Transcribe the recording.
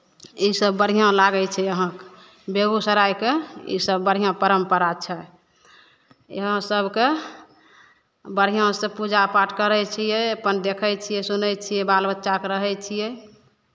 इसभ बढ़िआँ लागै छै यहाँके बेगूसरायके इसभ बढ़िआँ परम्परा छै यहाँ सभके बढ़िआँसँ पूजा पाठ करै छियै अपन देखै छियै सुनै छियै बाल बच्चाकेँ रहै छियै